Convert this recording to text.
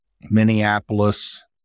Minneapolis